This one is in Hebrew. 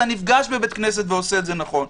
למשל איך אתה נפגש בבית הכנסת ועושה את זה נכון.